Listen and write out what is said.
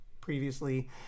previously